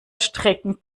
strecken